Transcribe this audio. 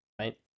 right